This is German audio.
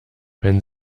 wenn